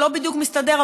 שלא בדיוק מסתדר,